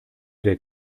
der